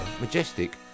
Majestic